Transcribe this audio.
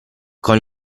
con